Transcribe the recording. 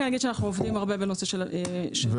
אנחנו עובדים הרבה בנושא של מכרזים.